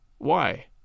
Why